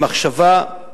למחשבה,